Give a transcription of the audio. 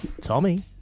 Tommy